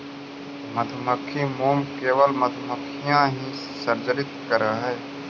मधुमक्खी मोम केवल मधुमक्खियां ही सृजित करअ हई